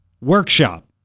workshop